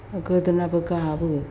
गोदोनाबो गाबो